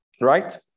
Right